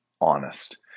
honest